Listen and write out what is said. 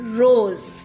rose